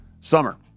summer